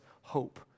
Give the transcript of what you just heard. hope